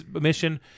mission